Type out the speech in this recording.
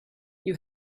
you